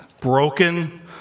broken